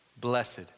Blessed